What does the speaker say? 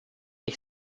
ich